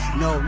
no